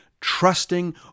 trusting